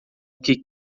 que